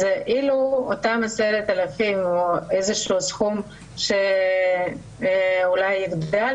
אילו אותם 10,000 או איזשהו סכום שאולי יוגדל